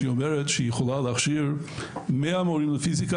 שאמרה שהיא יכולה להכשיר 100 מורים לפיזיקה,